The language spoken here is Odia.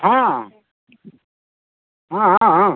ହଁ ହଁ ହଁ ହଁ